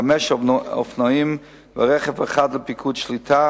חמישה אופנועים ורכב אחד לפיקוד שליטה,